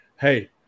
hey